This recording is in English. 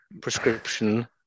prescription